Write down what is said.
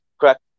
correct